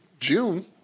June